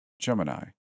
Gemini